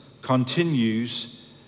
continues